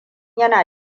yana